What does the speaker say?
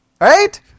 right